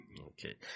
Okay